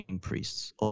priests